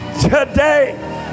today